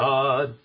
God